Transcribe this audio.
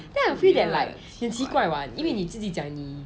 then I feel like 你很奇怪 [what] 因为你自己讲你